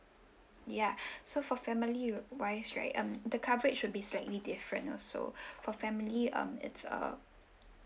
ya so for family wi~ wise right um the coverage would be slightly different also for family um it's err